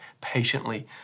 patiently